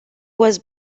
was